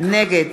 נגד